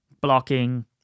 blocking